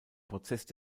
protest